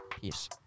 peace